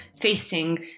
facing